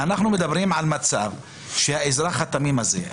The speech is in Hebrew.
אנחנו מדברים על מצב שהאזרח התמים הזה,